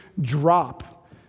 drop